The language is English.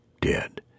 dead